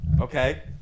okay